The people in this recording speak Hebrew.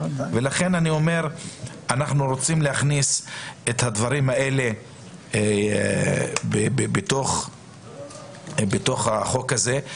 לכן אנחנו צריכים להכניס את הדברים האלה בתוך החוק הזה.